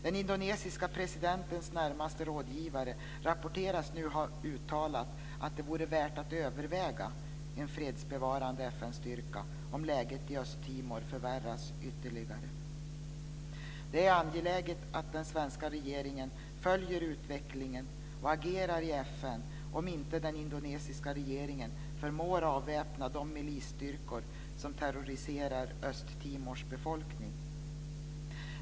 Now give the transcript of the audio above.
Den indonesiska presidentens närmaste rådgivare rapporteras nu ha uttalat att det vore värt att överväga en fredsbevarande FN-styrka om läget i Östtimor förvärras ytterligare. Det är angeläget att den svenska regeringen följer utvecklingen och agerar i FN om inte den indonesiska regeringen förmår avväpna de milisstyrkor som terroriserar Östtimors befolkning.